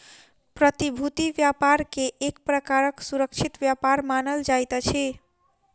प्रतिभूति व्यापार एक प्रकारक सुरक्षित व्यापार मानल जाइत अछि